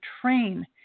train